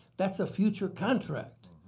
that's a future contract.